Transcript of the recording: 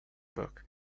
book